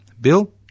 Bill